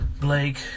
Blake